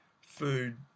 food